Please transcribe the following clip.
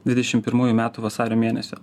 dvidešim pirmųjų metų vasario mėnesio